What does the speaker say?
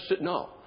No